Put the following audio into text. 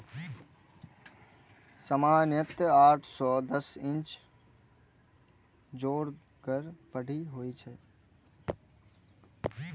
सामान्यतः आठ सं दस इंच चौड़गर पट्टी होइ छै